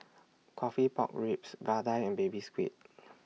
Coffee Pork Ribs Vadai and Baby Squid